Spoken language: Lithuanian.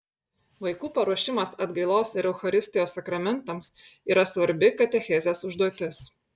vaikų paruošimas atgailos ir eucharistijos sakramentams yra svarbi katechezės užduotis